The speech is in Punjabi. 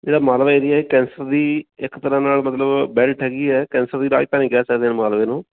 ਜਿਹੜਾ ਮਾਲਵਾ ਏਰੀਆ ਕੈਂਸਰ ਦੀ ਇੱਕ ਤਰ੍ਹਾਂ ਨਾਲ ਮਤਲਬ ਬੈਲਟ ਹੈਗੀ ਹੈ ਕੈਂਸਰ ਦੀ ਰਾਜਧਾਨੀ ਕਹਿ ਸਕਦੇ ਹਨ ਮਾਲਵੇ ਨੂੰ